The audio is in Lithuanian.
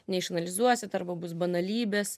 neišanalizuosit arba bus banalybės